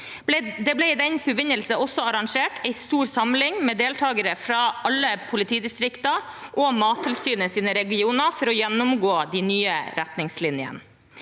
i den forbindelse også arrangert en stor samling med deltakere fra alle politidistrikter og Mattilsynets regioner for å gjennomgå de nye retningslinjene.